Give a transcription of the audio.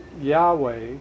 Yahweh